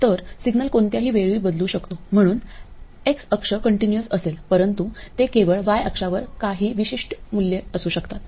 तर सिग्नल कोणत्याही वेळी बदलू शकतो म्हणून एक्स अक्ष कंटीन्यूअसअसेल परंतु ते केवळ y अक्षावर काही विशिष्ट मूल्ये असू शकतात